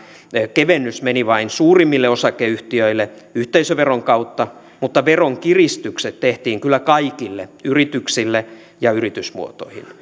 kevennys meni vain suurimmille osakeyhtiöille yhteisöveron kautta mutta veronkiristykset tehtiin kyllä kaikille yrityksille ja yritysmuotoihin